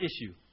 issue